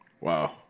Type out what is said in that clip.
Wow